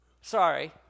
Sorry